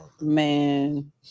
Man